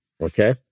Okay